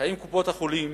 האם קופות-החולים